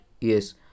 Yes